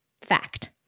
Fact